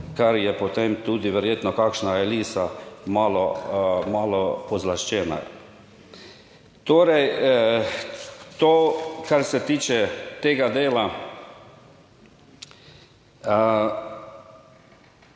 kar je potem tudi verjetno kakšna elisa malo, malo pozlaščena. Torej to, kar se tiče tega dela.